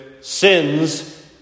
sins